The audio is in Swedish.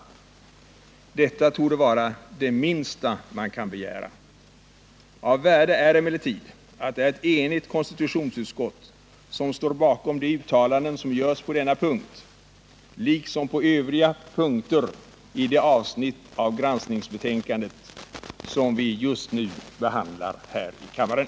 Detta torde vara det minsta man kan begära. Av värde är emellertid att det är ett enigt konstitutionsutskott som står bakom de uttalanden som görs på denna punkt liksom på övriga punkter i det avsnitt i granskningsbetänkandet som vi just nu behandlar här i kammaren.